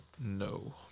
No